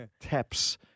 taps